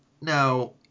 now